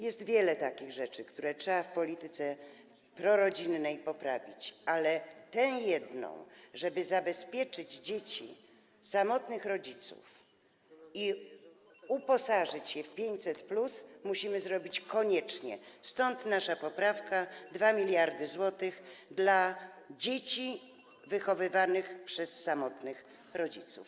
Jest wiele takich rzeczy, które trzeba w polityce prorodzinnej poprawić, ale tę jedną, żeby zabezpieczyć dzieci samotnych rodziców i uposażyć je w 500+, musimy zrobić koniecznie, stąd nasza poprawka: 2 mld zł dla dzieci wychowywanych przez samotnych rodziców.